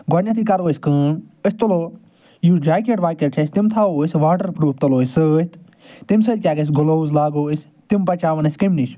گۄڈٕنٮ۪تھے کرو أسۍ کٲم أسۍ تُلو یُس جاکٮ۪ٹ واکٮ۪ٹ چھِ اَسہِ تِم تھاوو أسۍ واٹَر پرٛوٗف تُلو أسۍ سۭتۍ تَمہِ سۭتۍ کیٛاہ گژھِ گُلووٕز لاگو أسۍ تِم بچاون اَسہِ کَمہِ نِش